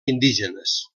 indígenes